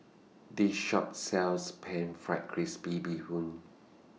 This Shop sells Pan Fried Crispy Bee Hoon